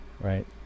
Right